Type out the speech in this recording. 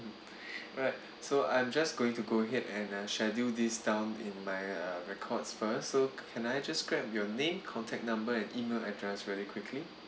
alright so I'm just going to go ahead and uh schedule this down in my uh records first so can I just grab your name contact number and email address very quickly